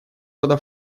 рода